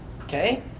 okay